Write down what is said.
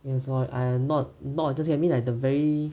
that's why I am not not just acting lah at the very